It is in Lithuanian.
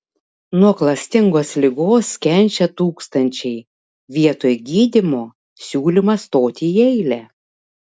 nuo klastingos ligos kenčia tūkstančiai vietoj gydymo siūlymas stoti į eilę